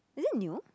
is it new